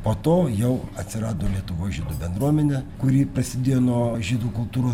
po to jau atsirado lietuvos žydų bendruomenė kuri prasidėjo nuo žydų kultūros